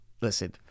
listen